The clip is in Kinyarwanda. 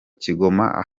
kigoma